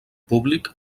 públic